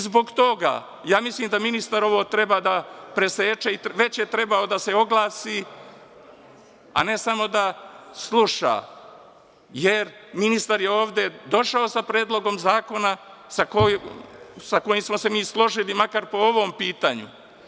Zbog toga, ja mislim da ministar ovo treba da preseče i već je trebao da se oglasi, a ne samo da sluša, jer ministar je ovde došao sa Predlogom zakona, sa kojim smo se mi složili, makar po ovom pitanju.